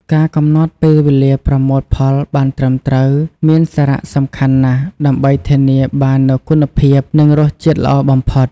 ការកំណត់ពេលវេលាប្រមូលផលបានត្រឹមត្រូវមានសារៈសំខាន់ណាស់ ដើម្បីធានាបាននូវគុណភាព និងរសជាតិល្អបំផុត។